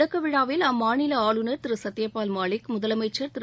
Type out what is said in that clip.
தொடக்க விழாவில் அம்மாநில ஆளுநர் திரு சத்யபால் மாலிக் முதலமைச்சர் திரு